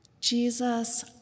Jesus